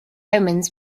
omens